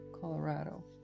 Colorado